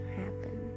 happen